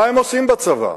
מה הם עושים בצבא?